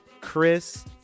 chris